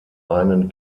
einen